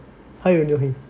他有没有回你